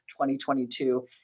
2022